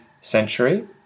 century